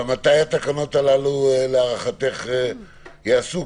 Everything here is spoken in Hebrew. מתי התקנות הללו להערכתך ייעשו?